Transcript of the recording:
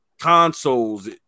consoles